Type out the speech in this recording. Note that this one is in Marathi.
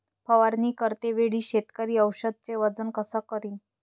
फवारणी करते वेळी शेतकरी औषधचे वजन कस करीन?